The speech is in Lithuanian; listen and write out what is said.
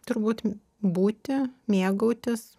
turbūt būti mėgautis